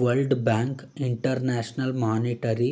world bank, international monetary